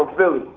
philly.